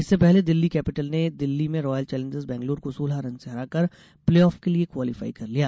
इससे पहले दिल्ली कैपिटल ने दिल्ली में रॉयल चैलेंजर्स बैंगलोर को सोलह रन से हराकर प्लेऑफ के लिये क्वालीफाई कर लिया